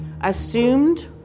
assumed